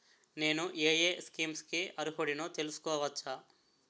నేను యే యే స్కీమ్స్ కి అర్హుడినో తెలుసుకోవచ్చా?